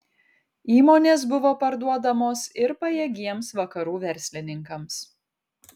įmonės buvo parduodamos ir pajėgiems vakarų verslininkams